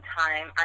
time